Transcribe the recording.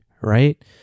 right